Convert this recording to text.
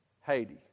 Haiti